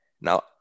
Now